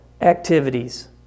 activities